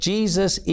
Jesus